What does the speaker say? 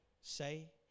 say